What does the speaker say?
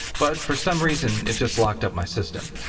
but for some reason it just locked up my system.